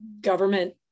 government